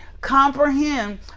comprehend